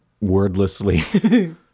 wordlessly